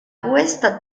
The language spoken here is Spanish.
puesta